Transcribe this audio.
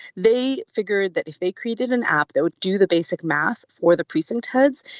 they figured that if they created an app that would do the basic math for the precinct heads,